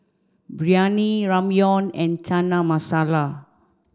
Biryani Ramyeon and Chana Masala